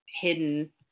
hidden